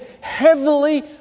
heavily